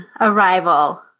Arrival